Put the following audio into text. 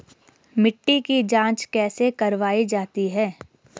मिट्टी की जाँच कैसे करवायी जाती है?